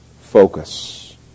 Focus